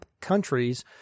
countries